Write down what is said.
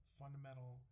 fundamental